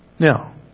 Now